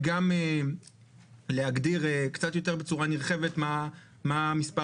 וגם להגדיר קצת יותר בצורה נרחבת מה מספר